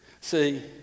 See